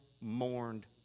mourned